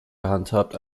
gehandhabt